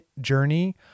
Journey